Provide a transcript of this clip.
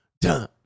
dun